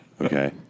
okay